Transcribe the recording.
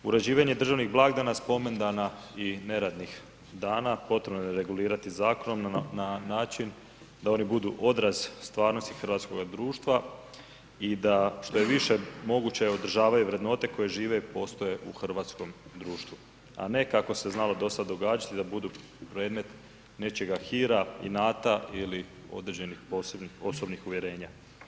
Uređivanje državnih blagdana, spomendan i neradnih dana, potrebno je regulirati zakonom na način da oni budu odraz stvarnosti hrvatskoga društva i da je što je više moguće održavaju vrednote koje žive i postoje u hrvatskom društvu a ne kako se znalo do sad događati da budu predmet nečega hira, inata ili određenih posebnih osobnih uvjerenja.